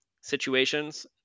situations